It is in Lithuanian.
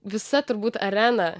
visa turbūt arena